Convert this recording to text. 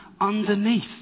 underneath